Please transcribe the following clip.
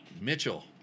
Mitchell